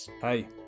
Hey